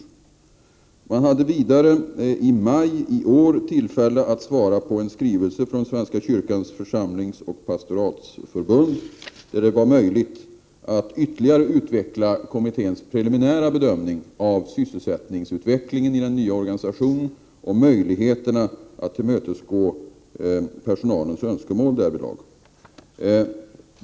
Kommittén hade vidare i maj i år tillfälle att som svar på en skrivelse från Svenska kyrkans församlingsoch pastoratsförbund ytterligare utveckla sin preliminära bedömning av sysselsättningsutvecklingen i den nya organisationen och möjligheterna att tillmötesgå personalens önskemål därvidlag.